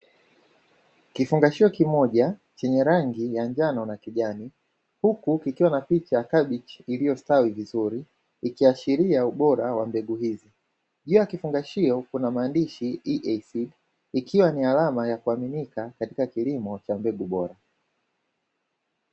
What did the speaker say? Kifunfashio kimoja chenye rangi ya njano na kijani huku kukiwa na picha ya kabichi iliyo stawi vizuri ikiashiria ubora wa mbegu hizi juu ya kifunfashio kuna maandishi iesi ikiwa ni alama ya ubora katika kilimo cha mbegu bora .